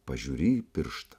pažiūrį pirštą